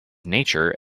nature